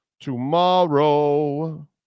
Tomorrow